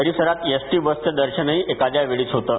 परिसरात एसटी बसचं दर्शनही एखाद्यावेळीच होतं